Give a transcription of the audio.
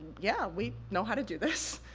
yeah, we know how to do this.